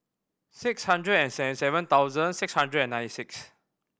six hundred and seventy seven thousand six hundred and ninety six